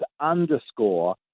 underscore